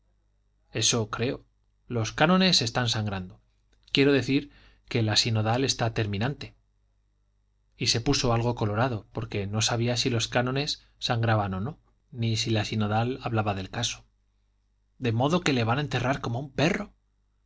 eso creo los cánones están sangrando quiero decir que la sinodal está terminante y se puso algo colorado porque no sabía si los cánones sangraban o no ni si la sinodal hablaba del caso de modo que le van a enterrar como un perro